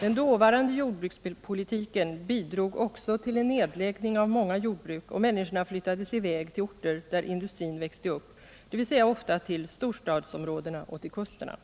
Den dåvarande jordbrukspolitiken bidrog också till en nedläggning av många jordbruk, och människorna flyttade i väg till orter där industrin växte upp, dvs. ofta till storstadsområdena och till kusterna.